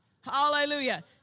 Hallelujah